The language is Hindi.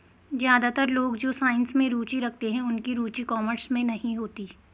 ज्यादातर लोग जो साइंस में रुचि रखते हैं उनकी रुचि कॉमर्स में नहीं होती